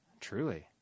truly